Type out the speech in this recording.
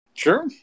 Sure